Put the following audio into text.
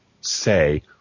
say